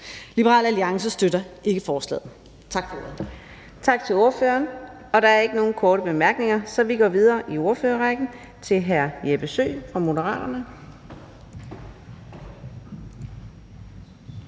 Fjerde næstformand (Karina Adsbøl): Tak til ordføreren. Og der er ikke nogen korte bemærkninger, så vi går videre i ordførerrækken til hr. Jeppe Søe fra Moderaterne.